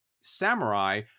samurai